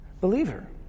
believer